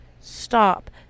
Stop